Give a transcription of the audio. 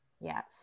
yes